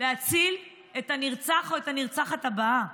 להציל את הנרצח או את הנרצחת הבאים.